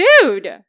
Dude